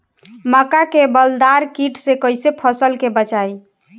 मक्का में बालदार कीट से कईसे फसल के बचाई?